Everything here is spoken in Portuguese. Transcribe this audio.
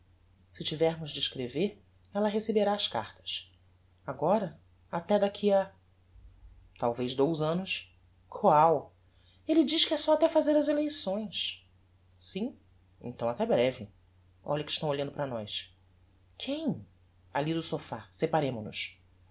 se tivermos de escrever ella receberá as cartas agora até daqui a talvez dous annos qual elle diz que é só até fazer as eleições sim então até breve olhe que estão olhando para nós quem alli do sophá